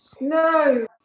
No